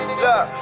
Look